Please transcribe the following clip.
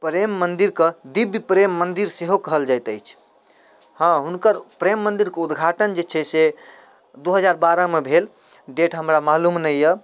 प्रेम मन्दिके दिव्य प्रेम मन्दिर सेहो कहल जाइत अछि हँ हुनकर प्रेम मन्दिरके उद्घाटन जे छै से दू हजार बारहमे भेल डेट हमरा मालुम नहि यऽ